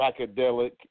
psychedelic